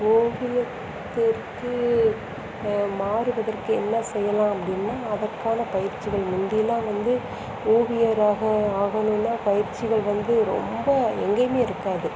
ஓவியத்திற்கு மாறுவதற்கு என்ன செய்யலாம் அப்படினா அதற்கான பயிற்சிகள் முந்திலாம் வந்து ஓவியராக ஆகணும்னா பயிற்சிகள் வந்து ரொம்ப எங்கேயுமே இருக்காது